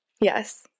Yes